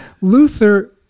Luther